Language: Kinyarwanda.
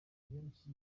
benshi